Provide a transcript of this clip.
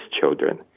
children